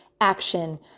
action